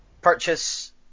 purchase